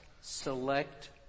select